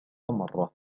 مرة